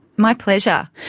my pleasure.